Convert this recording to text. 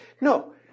No